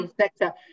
sector